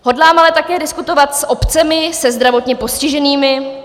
Hodlám ale také diskutovat s obcemi, se zdravotně postiženými.